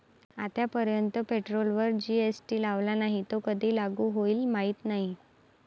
आतापर्यंत पेट्रोलवर जी.एस.टी लावला नाही, तो कधी लागू होईल माहीत नाही